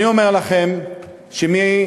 אני אומר לכם שמ-2008,